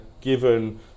given